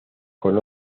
con